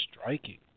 striking